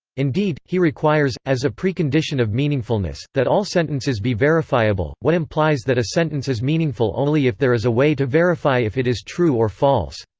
indeed, he requires, as a precondition of meaningfulness, that all sentences be verifiable, what implies that a sentence is meaningful only if there is a way to verify if it is true or false.